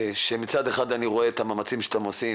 שמצד אחד אני רואה את המאמצים שאתם עושים,